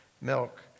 milk